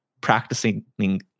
practicing